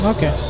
Okay